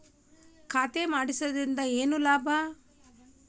ಖಾತೆ ಮಾಡಿಸಿದ್ದರಿಂದ ಏನು ಲಾಭ?